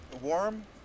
warm